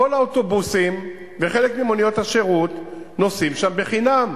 כל האוטובוסים וחלק ממוניות השירות נוסעים שם בחינם,